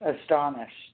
astonished